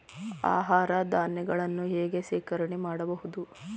ಆಹಾರ ಧಾನ್ಯಗಳನ್ನು ಹೇಗೆ ಶೇಖರಣೆ ಮಾಡಬಹುದು?